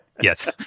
Yes